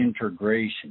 integration